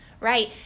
Right